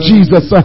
Jesus